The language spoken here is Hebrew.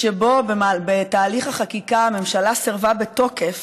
שבתהליך החקיקה הממשלה סירבה בתוקף